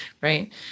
right